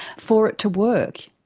for it to work?